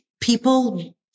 people